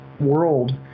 World